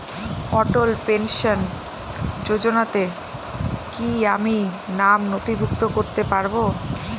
অটল pension যোজনাতে কি আমি নাম নথিভুক্ত করতে পারবো?